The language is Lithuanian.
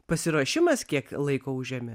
pasiruošimas kiek laiko užėmė